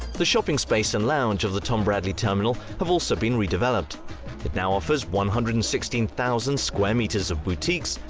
the shopping space and lounge of the tom bradley terminal have also been redeveloped it now offers one hundred and sixteen thousand square metres of boutiques,